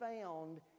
found